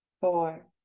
four